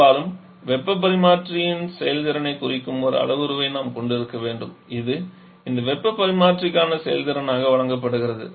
பெரும்பாலும் வெப்ப பரிமாற்றியின் செயல்திறனைக் குறிக்கும் ஒரு அளவுருவை நாம் கொண்டிருக்க வேண்டும் இது இந்த வெப்பப் பரிமாற்றிக்கான செயல்திறனாக வழங்கப்படுகிறது